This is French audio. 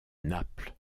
naples